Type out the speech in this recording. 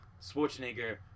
Schwarzenegger